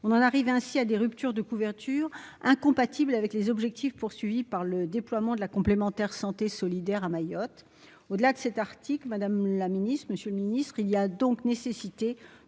on en arrive ainsi à des ruptures de couverture incompatible avec les objectifs poursuivis par le déploiement de la complémentaire santé solidaire à Mayotte, au-delà de cet article, Madame la Ministre, Monsieur le ministre, il y a donc nécessité